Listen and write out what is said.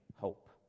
hope